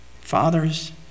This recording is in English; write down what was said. Fathers